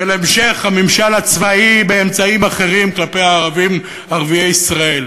של המשך הממשל הצבאי באמצעים אחרים כלפי ערביי ישראל,